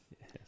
yes